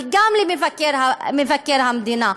וגם למבקר המדינה.